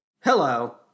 Hello